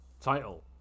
title